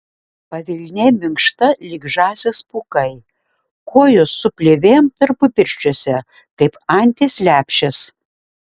pavilnė minkšta lyg žąsies pūkai kojos su plėvėm tarpupirščiuose kaip anties lepšės